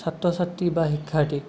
ছাত্ৰ ছাত্ৰীক বা শিক্ষাৰ্থীক